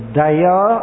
Daya